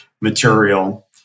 material